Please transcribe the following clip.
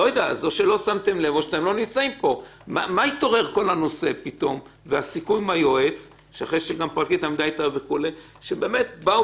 אם הם לא שכנעו את היועץ שזה חשוב, מה אתם